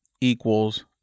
equals